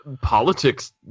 politics